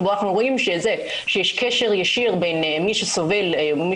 שאנחנו רואים שיש קשר ישיר בין מי שחשוף